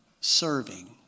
serving